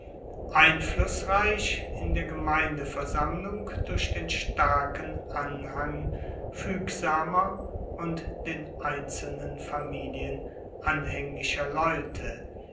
einflussreich in der gemeindeversammlung durch den starken anhang fuegsamer und den einzelnen familien anhaenglicher leute